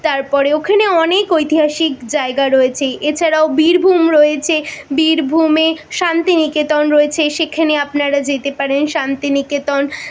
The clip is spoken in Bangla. তারপরে ওখানে অনেক ঐতিহাসিক জায়গা রয়েছে এছাড়াও বীরভূম রয়েছে বীরভূমে শান্তিনিকেতন রয়েছে সেখানে আপনারা যেতে পারেন শান্তিনিকেতন